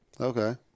Okay